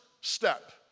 step